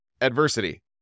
adversity